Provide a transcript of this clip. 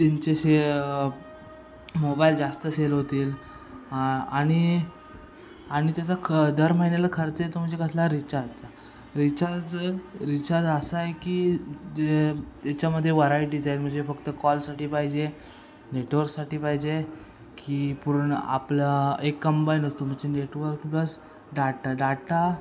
त्यांचे असे मोबाईल जास्त सेल होतील आणि त्याचा ख दर महिन्याला खर्च येतो म्हणजे कसला रिचार्जचा रिचार्ज रिचार्ज असा आहे की जे त्याच्यामध्ये वरायटीज आहेत म्हणजे फक्त कॉलसाठी पाहिजे नेटवर्कसाठी पाहिजे आहे की पूर्ण आपला एक कंबाईन असतो म्हणजे नेटवर्क प्लस डाटा डाटा